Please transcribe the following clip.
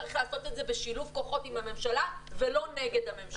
צריך לעשות את זה בשילוב כוחות עם הממשלה ולא נגד הממשלה.